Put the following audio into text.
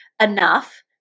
enough